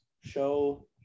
Show